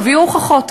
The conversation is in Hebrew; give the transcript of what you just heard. תביאו הוכחות,